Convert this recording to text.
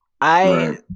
I-